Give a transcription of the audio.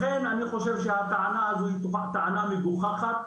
לכן אני חושב שהטענה הזאת היא טענה מגוחכת.